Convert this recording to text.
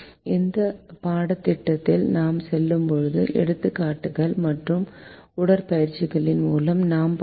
இந்த பாடத்திட்டத்தில் நாம் செல்லும்போது எடுத்துக்காட்டுகள் மற்றும் உடற்பயிற்சிகளின் மூலம் நாம் படிப்போம்